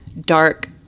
dark